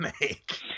make